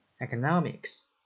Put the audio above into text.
Economics